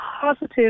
positive